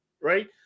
right